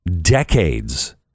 decades